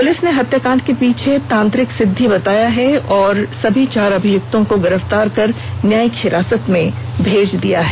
police ने हत्याकांड के पीछे का कारण तांत्रिक सिद्धी बताया और सभी चार अभियुक्तों को गिरफ्तार कर न्यायिक हिरासत में भेज दिया है